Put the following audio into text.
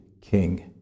king